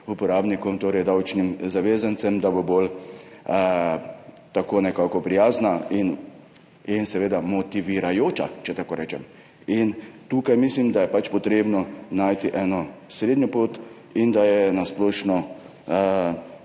upravo, torej davčnim zavezancem, da bo nekako bolj prijazna in seveda motivirajoča, če tako rečem. Tukaj mislim, da je potrebno najti eno srednjo pot in da je na splošno